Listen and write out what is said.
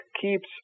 keeps